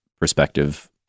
perspective